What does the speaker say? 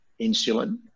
insulin